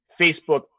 Facebook